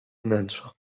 wnętrza